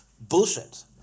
Bullshit